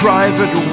Private